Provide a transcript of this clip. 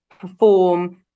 perform